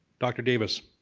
dr. davis,